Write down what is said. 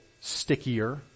stickier